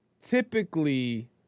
typically